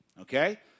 okay